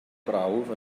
brawf